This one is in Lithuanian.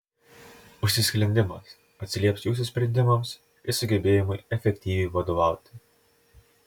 užsisklendimas atsilieps jūsų sprendimams ir sugebėjimui efektyviai vadovauti